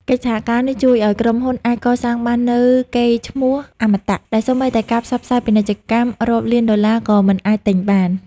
កិច្ចសហការនេះជួយឱ្យក្រុមហ៊ុនអាចកសាងបាននូវ "កេរ្តិ៍ឈ្មោះអមតៈ" ដែលសូម្បីតែការផ្សព្វផ្សាយពាណិជ្ជកម្មរាប់លានដុល្លារក៏មិនអាចទិញបាន។